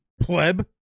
Pleb